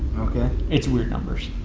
okay. it's wierd numbers.